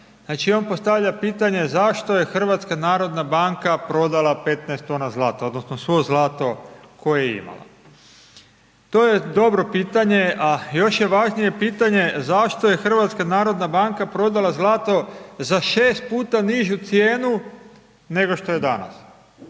Znači on postavlja pitanje zašto je HNB prodala 15 tona zlata, odnosno svo zlato koje je imala. To je dobro pitanje a još je važnije pitanje zašto je HNB prodala zlato za 6x nižu cijenu nego što je danas.